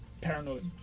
Paranoid